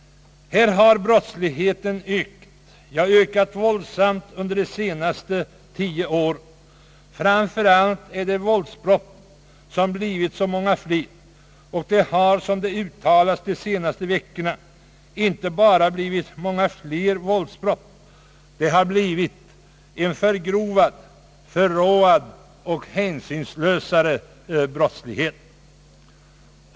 Brottsligheten har ökat, ja, ökat våldsamt under de senaste 10 åren. Framför allt är det våldsbrotten som har blivit så många fler. Det har, så som har uttalats de senaste veckorna, inte bara blivit många fler våldsbrott, utan det har blivit en förgrovad, förråad och hänsynslösare brottslighet.